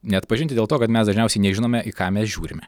neatpažinti dėl to kad mes dažniausiai nežinome į ką mes žiūrime